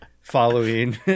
following